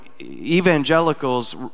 evangelicals